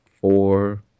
four